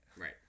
Right